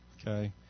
Okay